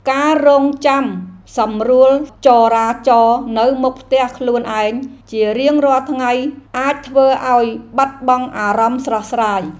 ការរង់ចាំសម្រួលចរាចរណ៍នៅមុខផ្ទះខ្លួនឯងជារៀងរាល់ថ្ងៃអាចធ្វើឱ្យបាត់បង់អារម្មណ៍ស្រស់ស្រាយ។